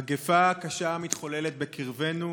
מגפה קשה מתחוללת בקרבנו,